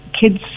kids